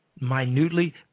minutely